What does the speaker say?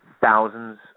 thousands